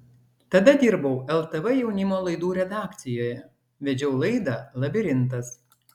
tada dirbau ltv jaunimo laidų redakcijoje vedžiau laidą labirintas